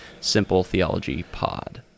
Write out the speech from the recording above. simpletheologypod